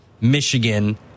Michigan